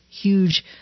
huge